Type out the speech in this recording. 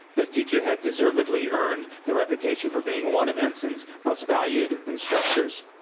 this teacher has deservedly earned the reputation for being one of ensign's most valued instructors.